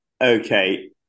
Okay